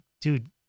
dude